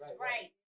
right